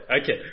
okay